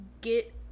get